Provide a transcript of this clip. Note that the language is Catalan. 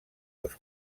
dos